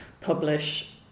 publish